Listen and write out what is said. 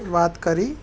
વાત કરી